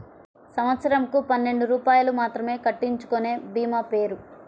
సంవత్సరంకు పన్నెండు రూపాయలు మాత్రమే కట్టించుకొనే భీమా పేరు?